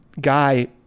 guy